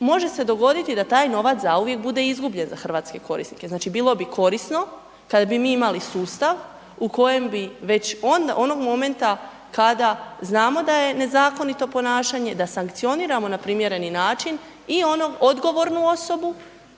može se dogoditi da taj novac zauvijek bude izgubljen za hrvatske korisnike, znači bilo bi korisno kad bi mi imali sustav u kojem bi već onog momenta kada znamo da je nezakonito ponašanje da sankcioniramo na primjereni način i onu odgovornu osobu,